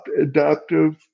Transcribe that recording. Adaptive